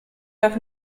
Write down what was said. darf